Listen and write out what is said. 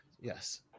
Yes